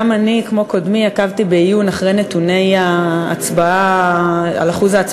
גם אני כמו קודמי עקבתי בעיון אחרי נתוני ההצבעה המדאיגים,